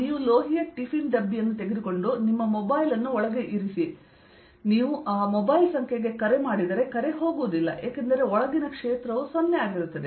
ನೀವು ಲೋಹೀಯ ಟಿಫಿನ್ ಡಬ್ಬಿಯನ್ನು ತೆಗೆದುಕೊಂಡು ನಿಮ್ಮ ಮೊಬೈಲ್ ಅನ್ನು ಒಳಗೆ ಇರಿಸಿ ನೀವು ಆ ಮೊಬೈಲ್ ಸಂಖ್ಯೆಗೆ ಕರೆ ಮಾಡಿದರೆ ಕರೆ ಹೋಗುವುದಿಲ್ಲ ಏಕೆಂದರೆ ಒಳಗಿನ ಕ್ಷೇತ್ರವು 0 ಆಗಿರುತ್ತದೆ